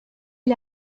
est